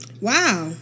Wow